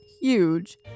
huge